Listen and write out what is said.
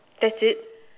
that's it